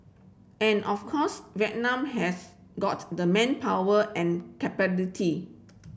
and of course Vietnam has got the manpower and